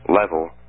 level